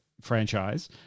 franchise